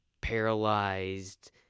Paralyzed